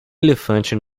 elefante